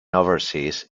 overseas